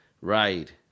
Right